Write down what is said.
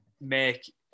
make